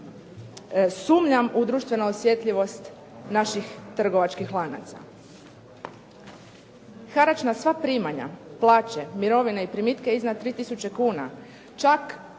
sumnjam u društvenu osjetljivost naših trgovačkih lanaca. Harač na sva primanja, plaće, mirovine i primitke iznad 3 tisuće